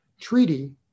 treaty